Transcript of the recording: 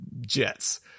jets